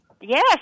Yes